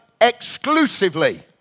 exclusively